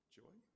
joy